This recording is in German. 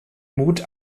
mut